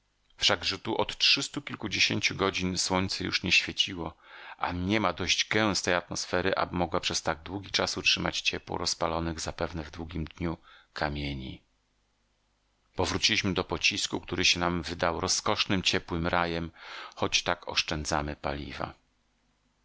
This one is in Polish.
wszak tu od trzystu kilkudziesięciu godzin słońce już nie świeciło a niema dość gęstej atmosfery aby mogła przez tak długi czas utrzymać ciepło rozpalonych zapewne w długim dniu kamieni powróciliśmy do pocisku który się nam wydał rozkosznym ciepłym rajem choć tak oszczędzamy paliwa